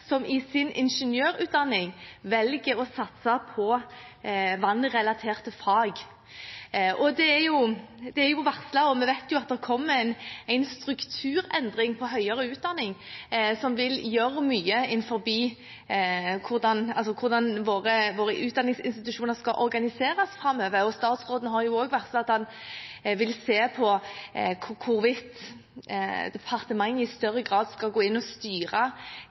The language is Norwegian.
som i sin ingeniørutdanning velger å satse på vannrelaterte fag. Det er varslet, og vi vet at det kommer en strukturendring innen høyere utdanning som vil endre måten våre utdanningsinstitusjoner skal organiseres på framover. Kunnskapsministeren har varslet at han vil se på hvorvidt departementet i større grad skal gå inn og styre